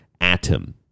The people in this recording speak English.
atom